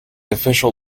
official